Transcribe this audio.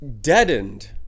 deadened